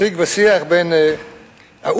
שיג ושיח בין האו"ם,